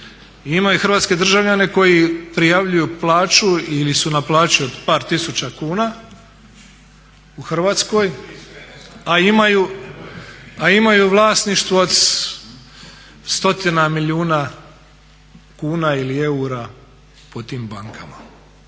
imaju hrvatske državljane koji prijavljuju plaću ili su na plaći od par tisuća kuna u Hrvatskoj, a imaju vlasništvo stotina milijuna kuna ili eura po tim bankama.